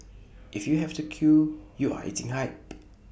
if you have to queue you are eating hype